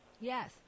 Yes